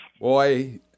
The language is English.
Boy